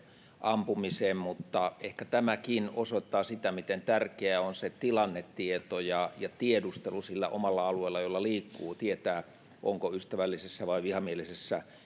ampumiseen ehkä tämäkin osoittaa sitä miten tärkeää on se tilannetieto ja ja tiedustelu sillä omalla alueella jolla liikkuu tietää onko ystävällisessä vai vihamielisessä